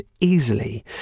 easily